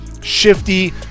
shifty